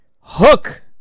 Hook